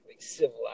Civilized